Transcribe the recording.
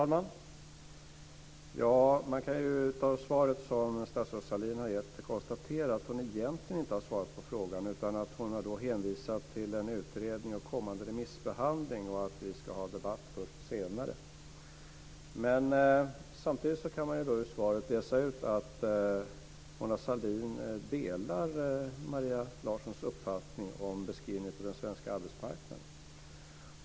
Fru talman! Man kan ju av svaret som statsrådet Sahlin har gett konstatera att hon egentligen inte har svarat på frågan utan att hon har hänvisat till en utredning och kommande remissbehandling och att vi ska ha debatt först senare. Men samtidigt kan man av svaret läsa ut att Mona Sahlin delar Maria Larssons uppfattning om beskrivningen av den svenska arbetsmarknaden.